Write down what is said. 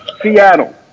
Seattle